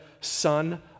son